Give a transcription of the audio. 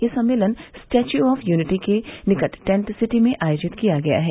ये सम्मेलन statue of unity के निकट टेंट सिटी में आयोजित किया गया है